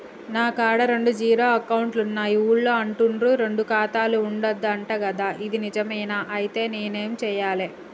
నా కాడా రెండు జీరో అకౌంట్లున్నాయి ఊళ్ళో అంటుర్రు రెండు ఖాతాలు ఉండద్దు అంట గదా ఇది నిజమేనా? ఐతే నేనేం చేయాలే?